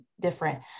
different